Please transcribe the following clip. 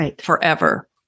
forever